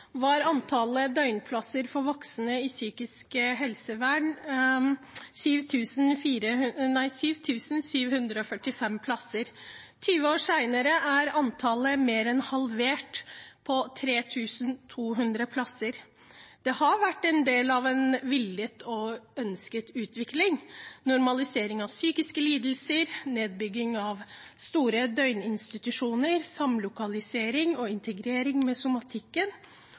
var antallet døgnplasser for voksne i psykisk helsevern 7 745 plasser, og 20 år senere er antallet mer enn halvert, til 3 200 plasser. Det har vært en del av en villet og ønsket utvikling: normalisering av psykiske lidelser, nedbygging av store døgninstitusjoner, samlokalisering og integrering med somatikken,